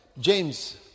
James